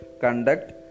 conduct